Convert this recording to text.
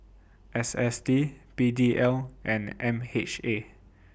S S T P D L and M H A